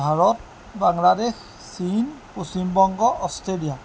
ভাৰত বাংলাদেশ চীন পশ্চিমবংগ অষ্ট্ৰেলিয়া